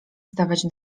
stawać